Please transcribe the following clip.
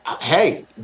Hey